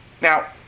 Now